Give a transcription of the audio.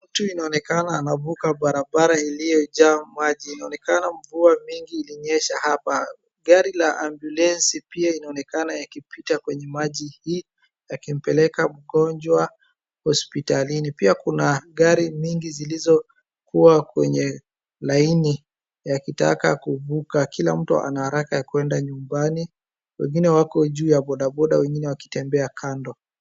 Mtu inaonekana anavuka barabara iliyojaa maji, inaonekana mvua mingi ilinyesha hapa. Gari laambiulensi inaonekana pia ikipita kwenye maji hii, yakimpeleka mgonjwa hospitalini. Pia kuna gari mingi zilizokuwa kwenye laini yakitaka kuvuka, Kila mtu ana haraka ya kuenda nyumbani, wengine wako juu ya boda boda, wengine wakitembea kando.